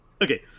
Okay